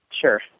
Sure